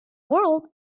world